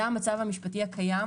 זה המצב המשפטי הקיים,